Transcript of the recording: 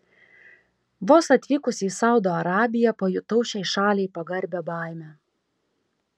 vos atvykusi į saudo arabiją pajutau šiai šaliai pagarbią baimę